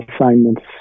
assignments